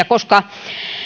koska